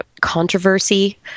controversy